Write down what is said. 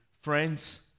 Friends